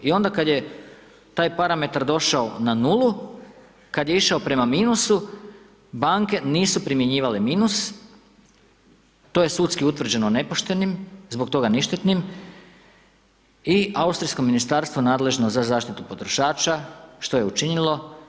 I onda kada je taj parametar došao na nulu, kada je išao prema minusu, banke nisu primjenjivale minus, to je sudski utvrđeno nepoštenim i zbog toga ništetni i austrijsko ministarstvo nadležno za zaštitu potrošača, što je učinilo?